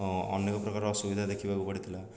ଅନେକପ୍ରକାର ଅସୁବିଧା ଦେଖିବାକୁ ପଡ଼ିଥିଲା